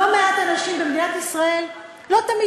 לא מעט אנשים במדינת ישראל לא תמיד